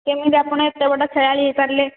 କେମିତି ଆପଣ ଏତେ ବଡ଼ ଖେଳାଳି ହୋଇପାରିଲେ